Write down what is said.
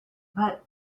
but